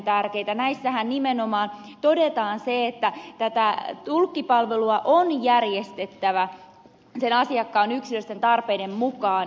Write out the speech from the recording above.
näissähän nimenomaan todetaan se että tätä tulkkipalvelua on järjestettävä asiakkaan yksilöllisten tarpeiden mukaan